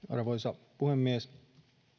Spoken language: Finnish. arvoisa puhemies